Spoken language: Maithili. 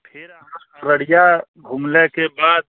फेर अहाँ अररिया घुमलाके बाद